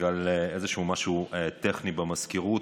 בגלל איזה משהו טכני במזכירות,